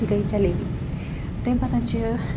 گٔے جلیبی تمہِ پَتَن چھِ